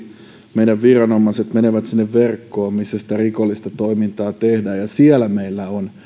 meidän viranomaiset menevät sinne verkkoon missä sitä rikollista toimintaa tehdään ja siellä meillä on